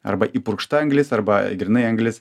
arba įpurkšta anglis arba grynai anglis